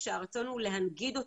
כשהרצון הוא להנגיד אותו,